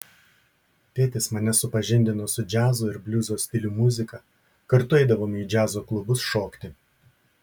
tėtis mane supažindino su džiazo ir bliuzo stilių muzika kartu eidavome į džiazo klubus šokti